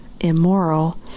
immoral